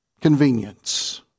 Convenience